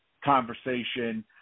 conversation